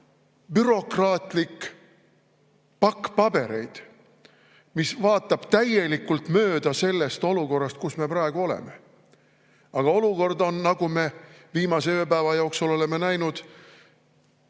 on bürokraatlik pakk pabereid, mis vaatab täielikult mööda sellest olukorrast, kus me praegu oleme. Aga olukord on, nagu me viimase ööpäeva jooksul oleme näinud,